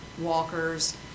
walkers